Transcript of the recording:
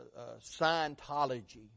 Scientology